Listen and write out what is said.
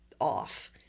off